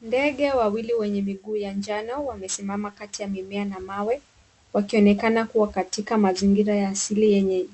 Ndege wawili wenye miguu ya njano wamesimama kati ya mimea na mawe wakionekana kua katika mazingira ya asili yenye